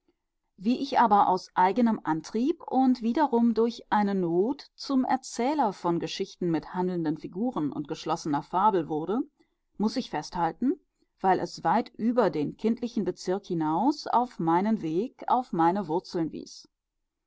wie ich aber aus eigenem antrieb und wiederum durch eine not zum erzähler von geschichten mit handelnden figuren und geschlossener fabel wurde muß ich festhalten weil es weit über den kindlichen bezirk hinaus auf meinen weg auf meine wurzeln wies